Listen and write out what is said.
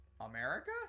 America